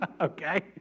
Okay